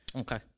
Okay